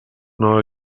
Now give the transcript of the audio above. non